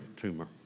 tumor